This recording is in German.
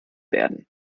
werden